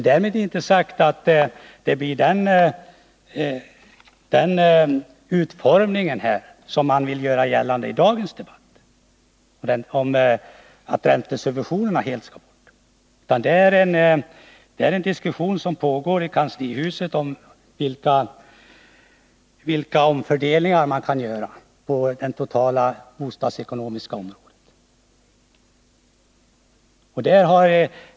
Därmed inte sagt att förslaget på bostadsdepartementets område får den utformning som diskuteras i dagen debatt, att räntesubventionerna helt skall bort, utan det pågår en diskussion i kanslihuset om vilka omfördelningar man kan göra på det bostadsekonomiska området totalt sett.